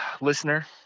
Listener